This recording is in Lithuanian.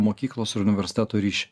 mokyklos ir universiteto ryšį